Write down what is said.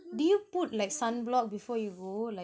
did you put like sunblock before you go like